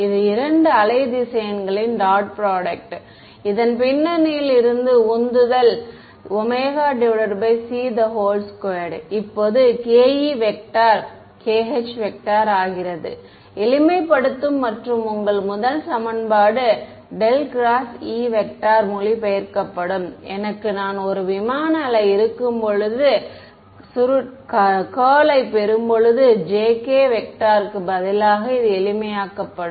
மாணவர் இந்த இரண்டு வேவ் வெக்டர்களின் டாட் ப்ரோடுக்ட் இதன் பின்னணியில் இருந்த உந்துதல் ωc2 இப்போது kekh ஆகிறது எளிமைப்படுத்தும் மற்றும் உங்கள் முதல் சமன்பாடு ∇xE மொழிபெயர்க்கப்படும் எனக்கு நான் ஒரு விமான வேவ் இருக்கும்போது சுருட்டை பெறும் போது jk க்கு பதிலாக இது எளிமையாக்கப்படும்